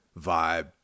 vibe